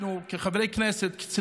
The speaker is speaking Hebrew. אנחנו כחברי הכנסת,